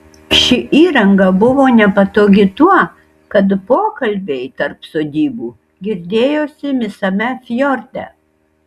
ši įranga buvo nepatogi tuo kad pokalbiai tarp sodybų girdėjosi visame fjorde